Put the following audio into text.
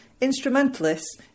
instrumentalists